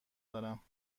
دارم